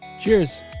Cheers